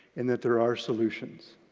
and that there are solutions.